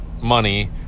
money